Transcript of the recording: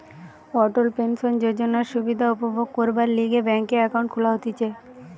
অটল pension যোজনার সুবিধা উপভোগ করবার লিগে ব্যাংকে একাউন্ট খুলা হতিছে